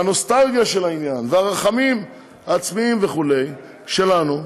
והנוסטלגיה של העניין, והרחמים העצמיים וכו' שלנו,